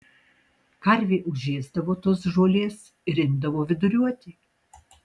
karvė užėsdavo tos žolės ir imdavo viduriuoti